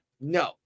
no